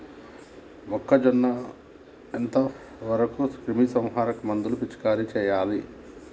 మొక్కజొన్న ఎంత వరకు క్రిమిసంహారక మందులు పిచికారీ చేయాలి?